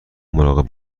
مراقب